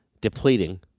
depleting